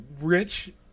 Rich